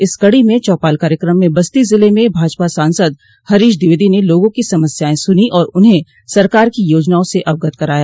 इसी कड़ी में चौपाल कार्यक्रम में बस्ती जिले में भाजपा सांसद हरीश द्विवेदी ने लोगों की समस्याएं सुनी और उन्हें सरकार की योजनाओं से अवगत कराया